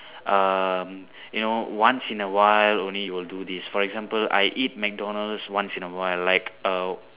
uh you know once in a while only you will do this for example I eat McDonald's once in a while like uh